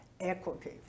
equity